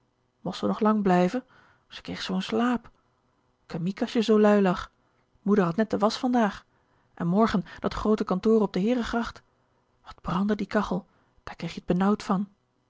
most ze nog lang blijve ze kreeg zoo'n slaap kemiek as je zoo lui lag moeder had net de wasch vandaag en morgen dat groote kantoor op de heeregracht wat brandde die kachel daar kreeg je t benauwd van